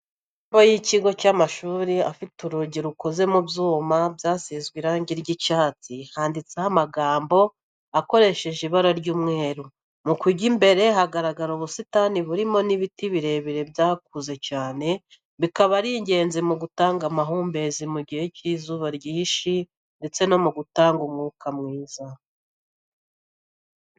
Amarembo y'ikigo cy'amashuri afite urugi rukoze mu byuma byasizwe irangi ry'icyatsi handitseho amagambo akoreshejwe ibara ry'umweru, mu kigo imbere hagaragara ubusitani burimo n'ibiti birebire byakuze cyane, bikaba ari ingenzi mu gutanga amahumbezi mu gihe cy'izuba ryinshi ndetse no gutanga umwuka mwiza.